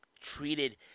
treated